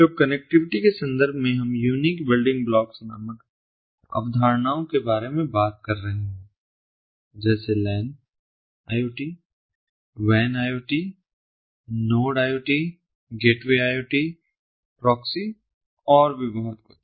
तो कनेक्टिविटी के संदर्भ में हम यूनीक बिल्डिंग ब्लॉक्स नामक अवधारणाओं के बारे में बात कर रहे हैं जैसे लैन IoT वैन IoT node IoT gateway IoT proxy और भी बहुत कुछ